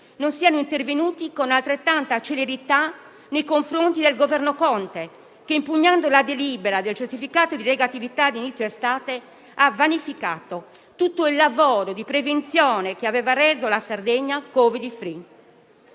non siano intervenute con altrettanta celerità nei confronti del Governo Conte, che, impugnando la delibera del certificato di negatività di inizio estate, ha vanificato tutto il lavoro di prevenzione che aveva reso la Sardegna Covid *free*.